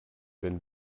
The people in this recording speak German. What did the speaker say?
wenn